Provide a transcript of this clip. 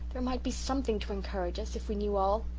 there might be something to encourage us if we knew all.